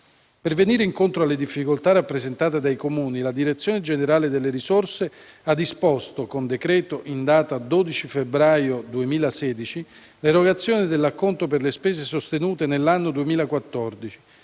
Per venire incontro alle difficoltà rappresentate dai Comuni, la direzione generale delle risorse ha disposto, con decreto assunto in data 12 febbraio 2016, l'erogazione dell'acconto per le spese sostenute nell'anno 2014,